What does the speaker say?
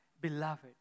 beloved